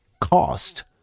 cost